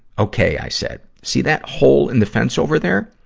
okay i said. see that hole in the fence over there?